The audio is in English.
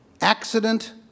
accident